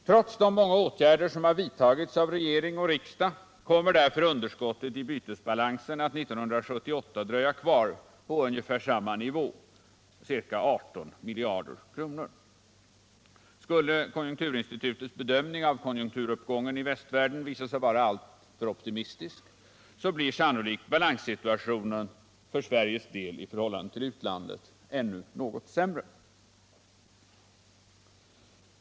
Trots de många åtgärder som har vidtagits av regering och riksdag, kommer därför underskottet i bytesbalansen att 1978 dröja kvar på ungefär samma nivå, 18 miljarder kronor. Skulle konjunkturinstitutets bedömning av konjunkturuppgången i västvärlden visa sig vara alltför optimistisk blir sannolikt balanssituationen i förhållande till utlandet ännu något sämre.